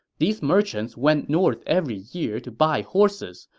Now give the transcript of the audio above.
these merchants went north every year to buy horses,